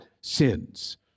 sins